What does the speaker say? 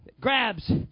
Grabs